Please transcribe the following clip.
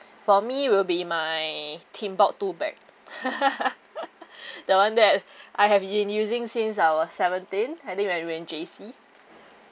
for me will be my timbuk two bag the [one] that I have been using since I was seventeen I think when we in J_C